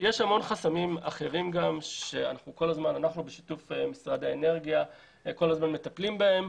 אחרים שבשיתוף משרד האנרגיה אנחנו מטפלים בהם.